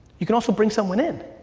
you can also bring someone in.